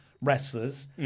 wrestlers